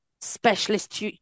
specialist